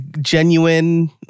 genuine